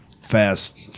fast